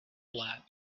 lap